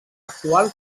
actual